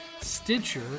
Stitcher